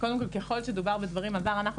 שדובר בדברים מהעבר,